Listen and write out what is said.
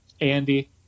Andy